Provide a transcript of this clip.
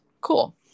cool